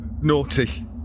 naughty